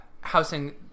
housing